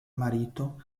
marito